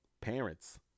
Parents